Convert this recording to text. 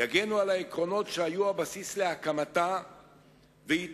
יגנו על העקרונות שהיו הבסיס להקמתה ויתמכו